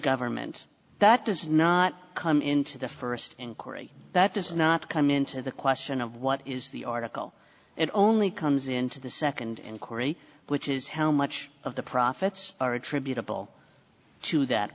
government that does not come into the first inquiry that does not come into the question of what is the article and only comes into the second inquiry which is how much of the profits are attributable to that